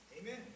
Amen